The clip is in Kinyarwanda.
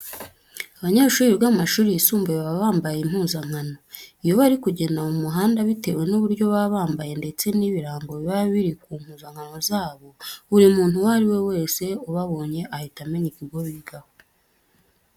Abanyeshuri biga mu mashuri yisumbuye baba bambaye impuzankano. Iyo bari kugenda mu muhanda bitewe n'uburyo baba bambaye ndetse n'ibirango biba biri ku mpuzankano zabo, buri muntu uwo ari we wese ubabonye ahita amenya ikigo bigaho.